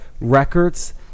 records